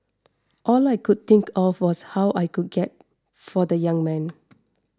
all I could think of was how I could get help for the young man